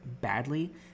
badly